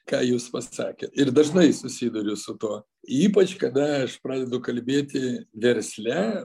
ką jūs pasakėt ir dažnai susiduriu su tuo ypač kada aš pradedu kalbėti versle